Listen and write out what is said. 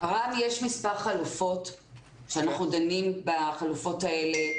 יש מספר חלופות ואנחנו דנים בחלופות האלה.